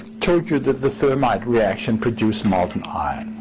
told you the the so termite reaction produced molten iron.